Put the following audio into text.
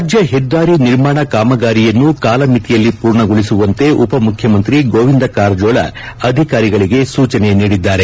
ರಾಜ್ಯ ಹೆದ್ದಾರಿ ನಿರ್ಮಾಣ ಕಾಮಗಾರಿಯನ್ನು ಕಾಲಮಿತಿಯಲ್ಲಿ ಪೂರ್ಣಗೊಳಿಸುವಂತೆ ಉಪಮುಖ್ಯಮಂತ್ರಿ ಗೋವಿಂದ ಕಾರಜೋಳ ಅಧಿಕಾರಿಗಳಿಗೆ ಸೂಚನೆ ನೀಡಿದ್ದಾರೆ